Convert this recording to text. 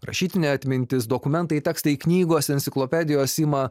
rašytinė atmintis dokumentai tekstai knygos enciklopedijos ima